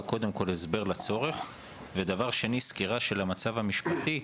הסבר לצורך ודבר שני סקירה של המצב המשפטי,